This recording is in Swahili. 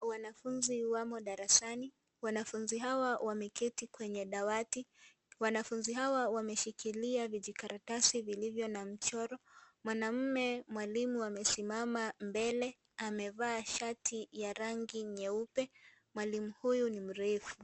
Wanafunzi wamo darsani wanafunzi hawa wameketi kwenye dawati, wanafunzi hawa wameshikilia vijikaratasi vilivyo na mchoro, mwanaume mwalimu amesimama mbele mevaa shati ya rangi nyeupe mwalimu huyu ni mrefu.